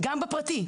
גם בפרטי,